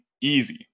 easy